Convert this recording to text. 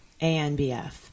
ANBF